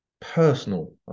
personal